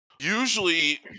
Usually